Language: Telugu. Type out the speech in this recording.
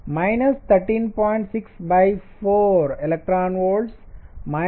69 eV